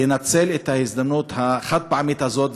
לנצל את ההזדמנות החד-פעמית הזאת,